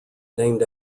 named